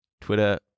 Twitter